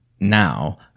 now